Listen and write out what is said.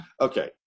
Okay